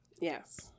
yes